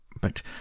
But